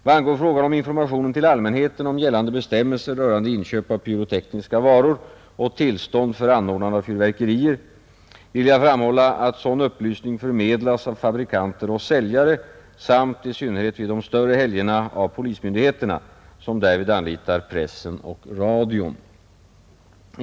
Vad angår frågan om informationen till allmänheten om gällande bestämmelser rörande inköp av pyrotekniska varor och tillstånd för anordnande av fyrverkerier vill jag framhålla att sådan upplysning förmedlas av fabrikanter och säljare samt, i synnerhet vid de större helgerna, av polismyndigheterna, som därvid anlitar pressen och radion.